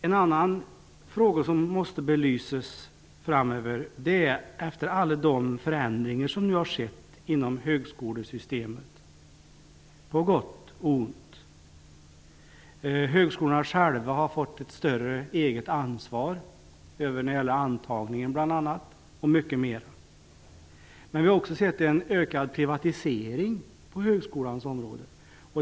En fråga som måste belysas framöver är alla de förändringar som nu har skett inom högskoleväsendet, på gott och ont. Högskolorna har fått ett större eget ansvar över bl.a. antagningen, och mycket mera. Vi har också sett en ökad privatisering på högskolans område.